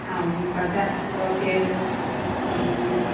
आओर बच्चा लऽके सभ